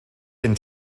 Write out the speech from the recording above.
gen